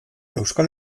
euskal